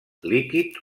líquid